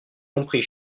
compris